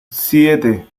siete